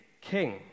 king